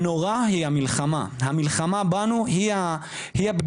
הנורא הוא המלחמה, המלחמה בנו היא הפגיעה.